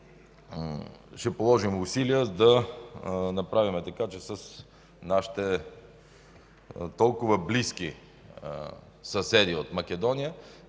Ще положим усилия да направим така, че на нашите толкова близки съседи от Македония